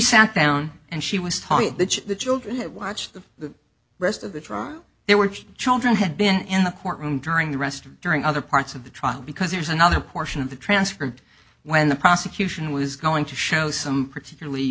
sat down and she was taught that the children had watched the rest of the trial there were two children had been in the courtroom during the rest during other parts of the tree because there's another portion of the transferred when the prosecution was going to show some particularly